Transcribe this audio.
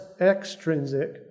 extrinsic